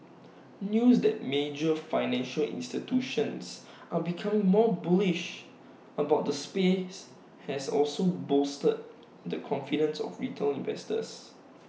news that major financial institutions are becoming more bullish about the space has also bolstered the confidence of retail investors